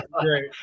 great